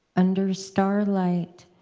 under starlight,